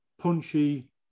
punchy